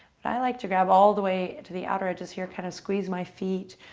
but i like to grab all the way to the outer edges here. kind of squeeze my feet,